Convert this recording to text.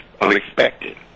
unexpected